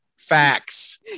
facts